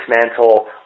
dismantle